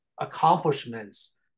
accomplishments